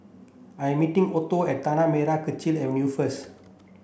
I'm meeting Otho at Tanah Merah Kechil Avenue first